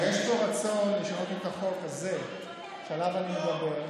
אבל יש פה רצון לשנות את החוק הזה שעליו אני מדבר,